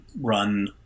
run